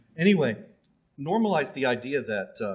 anyway normalize the idea that